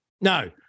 No